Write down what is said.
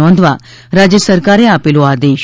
નોંધવા રાજ્ય સરકારે આપેલો આદેશ